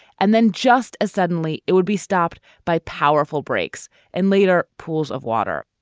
and then just as suddenly it would be stopped by powerful brakes and later pools of water.